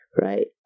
right